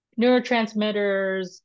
neurotransmitters